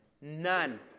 None